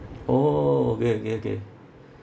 orh okay okay okay